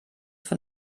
von